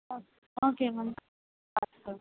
okay okay ma'am